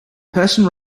person